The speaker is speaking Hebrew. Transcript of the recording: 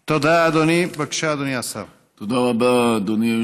תודה, אדוני.